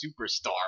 Superstar